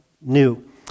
new